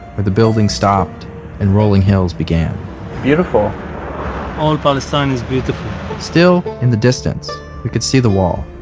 where the buildings stopped and rolling hills began beautiful all palestine is beautiful still, in the distance, we could see the wall,